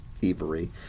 thievery